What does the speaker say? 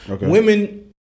Women